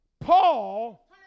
Paul